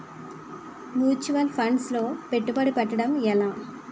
Mutual funds లో పెట్టుబడి పెట్టడం ఎలా?